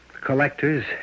collectors